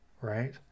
right